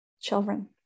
children